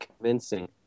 convincing